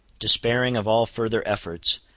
despairing of all further efforts,